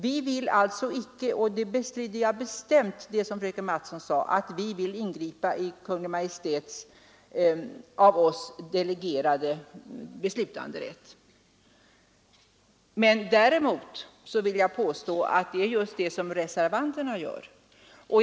Vi vill alltså icke — och jag bestrider bestämt fröken Mattsons påstående här — ingripa i Kungl. Maj:ts av oss delegerade beslutanderätt. Däremot vill jag påstå att reservanterna just gör detta.